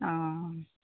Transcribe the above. অঁ